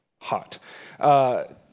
hot